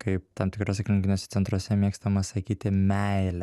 kaip tam tikruose klinikiniuose centruose mėgstama sakyti meilė